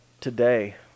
today